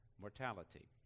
mortality